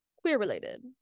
queer-related